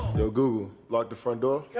yo google. lock the front door.